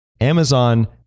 Amazon